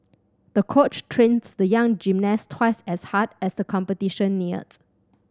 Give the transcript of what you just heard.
the coach trained the young gymnast twice as hard as the competition neared